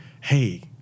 hey